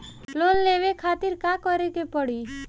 Loan लेवे खातिर का करे के पड़ी?